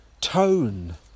tone